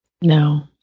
No